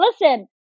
listen